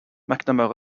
mcnamara